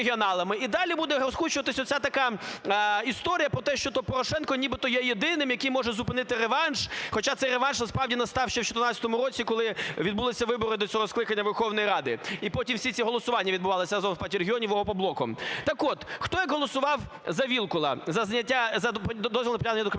І далі буде розкручуватися оця така історія про те, що то Порошенко нібито є єдиним, який може зупинити реванш, хоча цей реванш насправді настав ще в 14-му році, коли відбулися вибори до цього скликання Верховної Ради, і потім ці всі голосування відбувались разом з "Партією регіонів" і "Опоблоком". Так от хто як голосував за Вілкула, за зняття, за дозвіл на